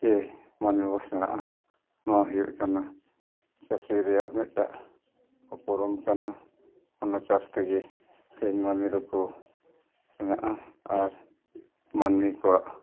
ᱜᱮ ᱢᱟᱹᱱᱢᱤ ᱵᱚᱱ ᱥᱮᱬᱟᱜᱼᱟ ᱱᱚᱣᱟ ᱦᱩᱭᱩᱜ ᱠᱟᱱᱟ ᱪᱟᱹᱥᱤ ᱨᱮᱭᱟᱜ ᱢᱤᱫᱴᱟᱜ ᱩᱯᱨᱩᱢ ᱠᱟᱱᱟ ᱚᱱᱟ ᱪᱟᱥ ᱛᱮᱜᱮ ᱛᱮᱦᱮᱧ ᱢᱟᱹᱱᱢᱤ ᱫᱚᱠᱚ ᱥᱮᱬᱟᱜᱼᱟ ᱟᱨ ᱢᱟᱹᱱᱢᱤ ᱠᱚᱣᱟᱜ